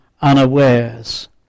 unawares